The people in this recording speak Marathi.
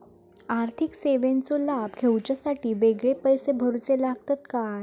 आर्थिक सेवेंचो लाभ घेवच्यासाठी वेगळे पैसे भरुचे लागतत काय?